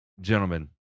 Gentlemen